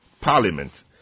Parliament